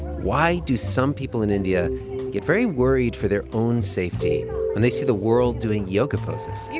why do some people in india get very worried for their own safety when they see the world doing yoga poses? you